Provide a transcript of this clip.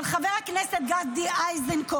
של חבר הכנסת גדי איזנקוט,